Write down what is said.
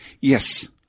Yes